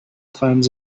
times